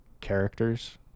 characters